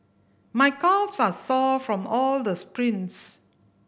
my calves are sore from all the sprints